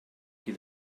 qui